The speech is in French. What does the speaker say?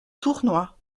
tournoi